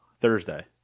Thursday